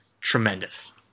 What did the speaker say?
tremendous